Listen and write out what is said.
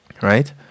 Right